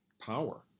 power